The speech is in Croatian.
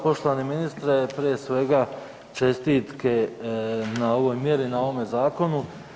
Poštovani ministre prije svega čestitke na ovoj mjeri, na ovome zakonu.